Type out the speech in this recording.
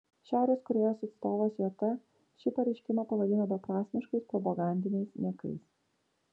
šiaurės korėjos atstovas jt šį pareiškimą pavadino beprasmiškais propagandiniais niekais